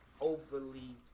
overly